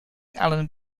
allen